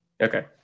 Okay